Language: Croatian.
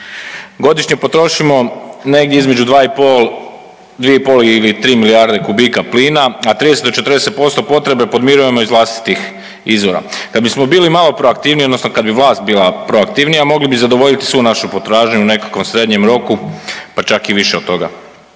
Godišnje potrošimo negdje između dva i pol, dvije i pol ili tri milijarde kubika plina, a 30 do 40% potrebe podmirujemo iz vlastitih izvora. Kad bismo bili malo proaktivniji, odnosno kad bi vlast bila proaktivnija mogli bi zadovoljiti svu našu potražnju u nekakvom srednjem roku, pa čak i više od toga.